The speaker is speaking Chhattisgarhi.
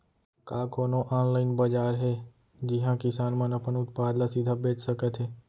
का कोनो अनलाइन बाजार हे जिहा किसान मन अपन उत्पाद ला सीधा बेच सकत हे?